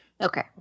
Okay